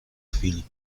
chwili